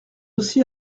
aussi